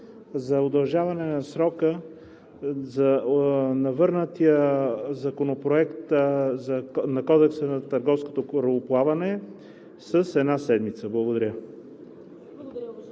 за удължаване на срока на върнатия Законопроект на Кодекса на търговското корабоплаване с една седмица. Благодаря.